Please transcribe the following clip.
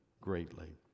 greatly